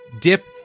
dip